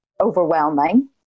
overwhelming